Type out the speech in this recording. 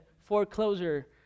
foreclosure